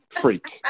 freak